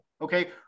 Okay